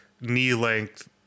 knee-length